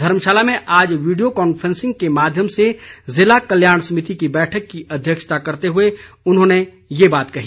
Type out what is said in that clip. धर्मशाला में आज video conferencing के माध्यम से ज़िला कल्याण समिति की बैठक की अध्यक्षता करते हुए उन्होंने ये बात कही